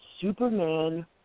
Superman